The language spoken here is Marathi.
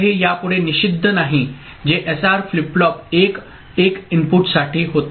तर हे यापुढे निषिद्ध नाही जे एसआर फ्लिप फ्लॉप 1 1 इनपुटसाठी होते